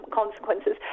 consequences